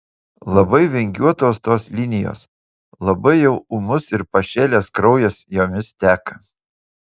labai vingiuotos tos linijos labai jau ūmus ir pašėlęs kraujas jomis teka